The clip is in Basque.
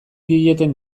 dieten